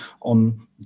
on